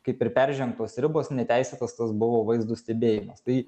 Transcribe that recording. kaip ir peržengtos ribos neteisėtas tas buvo vaizdų stebėjimas tai